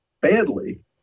badly